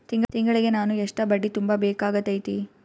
ತಿಂಗಳಿಗೆ ನಾನು ಎಷ್ಟ ಬಡ್ಡಿ ತುಂಬಾ ಬೇಕಾಗತೈತಿ?